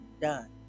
done